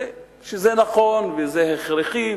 שזה נכון וזה הכרחי,